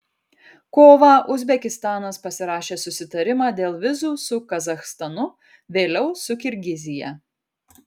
kovą uzbekistanas pasirašė susitarimą dėl vizų su kazachstanu vėliau su kirgizija